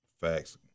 facts